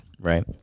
Right